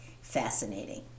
fascinating